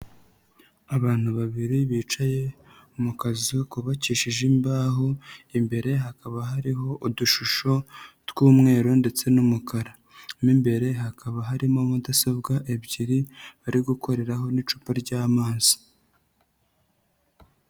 Abantu babiri bicaye mu kazu kubabakishije imbaho, imbere hakaba hariho udushusho tw'umweru ndetse n'umukara, mo imbere hakaba harimo mudasobwa ebyiri bari gukoreho n'icupa ry'amazi.